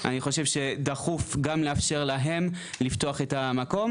אני חושב שדחוף גם לאפשר להם לפתוח את המקום,